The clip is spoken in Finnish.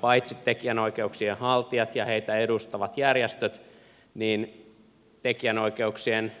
paitsi tekijänoikeuksien haltijat ja heitä edustavat järjestöt myös tekijänoikeuksien